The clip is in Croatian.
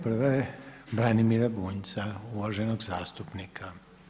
Prva je Branimira Bunjca, uvaženog zastupnika.